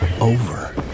over